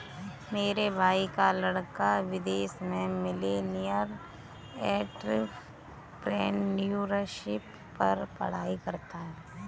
मेरे भाई का लड़का विदेश में मिलेनियल एंटरप्रेन्योरशिप पर पढ़ाई कर रहा है